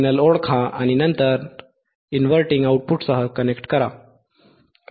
signal ओळखा आणि नंतर इनव्हर्टिंग आउटपुटसह कनेक्ट करा